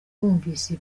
bumvise